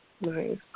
Nice